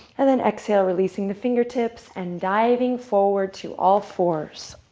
and then exhale, releasing the fingertips, and diving forward to all fours.